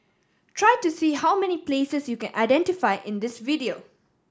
try to see how many places you can identify in this video